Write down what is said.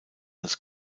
als